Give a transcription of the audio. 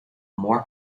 more